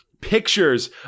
Pictures